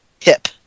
hip